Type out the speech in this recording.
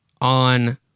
on